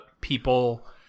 people